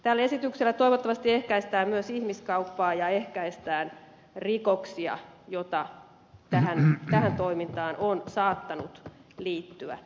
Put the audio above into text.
tällä esityksellä toivottavasti ehkäistään myös ihmiskauppaa ja ehkäistään rikoksia joita tähän toimintaan on saattanut liittyä